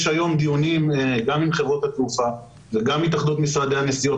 יש היום דיונים גם עם חברות התעופה וגם התאחדות משרדי הנסיעות.